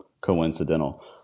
coincidental